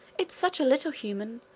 it's such a little human!